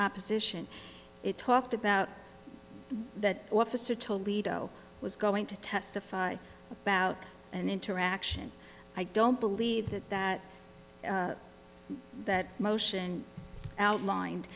opposition it talked about that officer told lido was going to testify about an interaction i don't believe that that that motion outlined